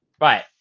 Right